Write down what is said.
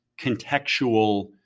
contextual